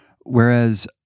Whereas